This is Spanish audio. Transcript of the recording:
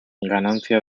ganancia